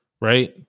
right